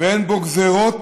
ואין בו גזרות,